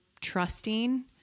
trusting